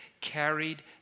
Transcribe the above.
carried